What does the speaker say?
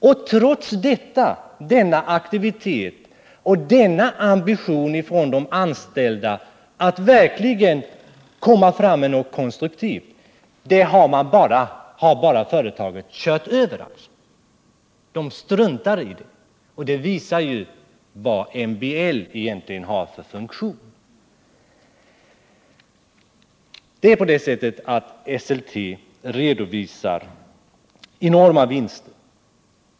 Men trots detta och trots den aktivitet och ambition som de anställda visat prov på för att verkligen komma fram med något konstruktivt, så har företaget bara kört över alltsammans. Företaget struntar alltså i det, och det visar vilken funktion MBL egentligen fyller. Esselte redovisar enorma vinster.